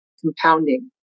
compounding